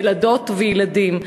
ילדות וילדים.